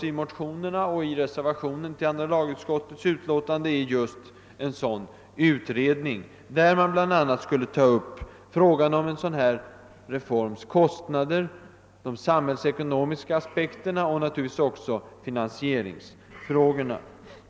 I motionerna och i reservationen till andra lagutskottets utlåtande föreslås en utredning där man bl a. skulle ta upp frågan om en sådan reforms kostnader, både de samhällsekonomiska aspekterna och finansieringsfrågorna.